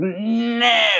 no